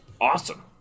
awesome